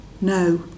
No